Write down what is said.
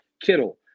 Kittle